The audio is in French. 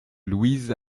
louise